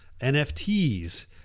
NFTs